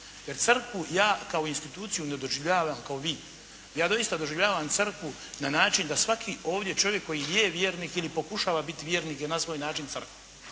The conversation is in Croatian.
Jer Crkvu ja kao instituciju ne doživljavam kao vi. Ja doista doživljavam Crkvu na način da svaki ovdje čovjek koji je vjernik ili pokušava biti vjernik je na svoj način Crkva.